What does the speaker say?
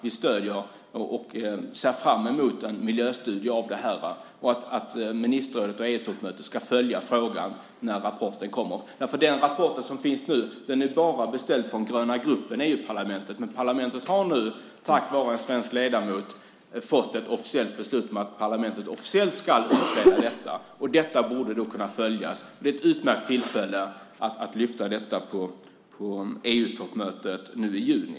Vi stöder och ser fram emot en studie av miljöeffekterna och att ministerrådet och EU-toppmötet ska följa frågan när rapporten kommer. Den rapport som finns är bara beställd från gröna gruppen i EU-parlamentet. Men parlamentet har nu tack vare en svensk ledamot fått ett beslut om att parlamentet officiellt ska utreda detta. Det borde kunna följas. Det är ett utmärkt tillfälle att lyfta detta på EU-toppmötet nu i juni.